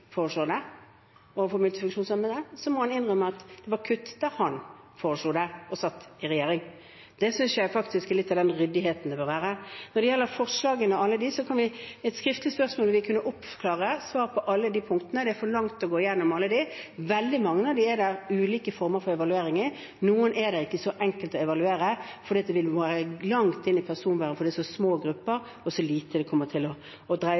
det overfor multifunksjonshemmede, må han innrømme at det var kutt da han foreslo det og satt i regjering. Det synes jeg faktisk er litt av den ryddigheten som bør være. Når det gjelder forslagene, kan vi med et skriftlig spørsmål oppklare og svare på alle de punktene. Det tar for lang tid å gå gjennom alle disse nå. Veldig mange av dem er det ulike former for evaluering av. Noen av dem er det ikke så enkelt å evaluere fordi det vil gå langt inn på personvernet siden det er så små grupper, og så lite det kommer til å dreie seg om, og